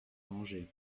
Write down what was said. angers